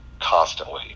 constantly